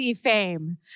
fame